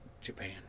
Japan